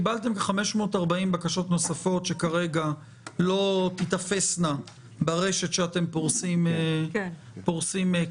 קיבלתם כ-540 בקשות נוספות שכרגע לא תיתפסנה ברשת שאתם פורסים כאן.